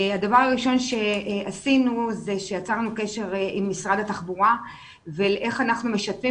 הדבר הראשון שעשינו זה שיצרנו קשר עם משרד התחבורה ואיך אנחנו משתפים